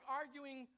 arguing